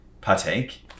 partake